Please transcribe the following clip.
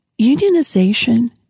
unionization